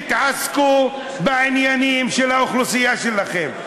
תתעסקו בעניינים של האוכלוסייה שלכם.